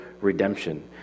redemption